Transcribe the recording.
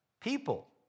people